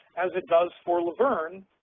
as it does for laverne,